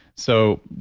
so,